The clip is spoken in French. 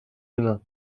demain